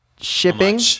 Shipping